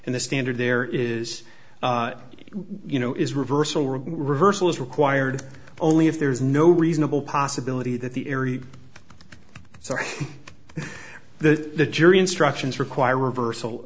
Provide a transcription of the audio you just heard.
and the standard there is you know is reversal reversal is required only if there is no reasonable possibility that the area so the jury instructions require reversal